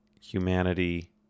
humanity